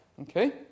okay